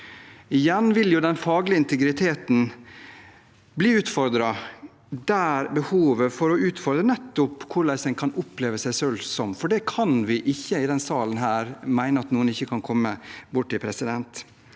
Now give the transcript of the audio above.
Igjen vil den faglige integriteten bli utfordret der det er behov for å utfordre nettopp hvordan en kan oppleve seg selv, for det kan ikke vi i denne salen mene at noen ikke kan komme borti. Da vil det